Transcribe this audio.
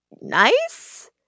nice